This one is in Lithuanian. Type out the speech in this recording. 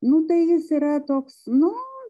nu tai jis yra toks nu